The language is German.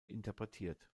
interpretiert